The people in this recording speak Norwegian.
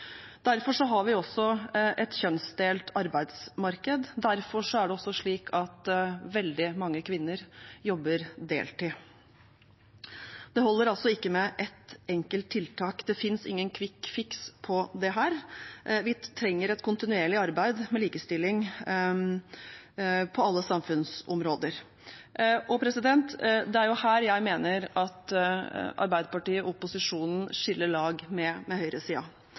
Derfor har vi også et kjønnsdelt arbeidsmarked, og derfor er det også slik at veldig mange kvinner jobber deltid. Det holder altså ikke med et enkelt tiltak. Det finnes ingen kvikkfiks på dette. Vi trenger et kontinuerlig arbeid med likestilling på alle samfunnsområder. Det er her jeg mener at Arbeiderpartiet og opposisjonen skiller lag med